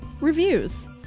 reviews